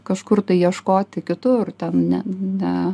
kažkur tai ieškoti kitur ten ne ne